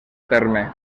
terme